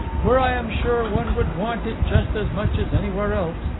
where i am sure one would want it just as much as anywhere else,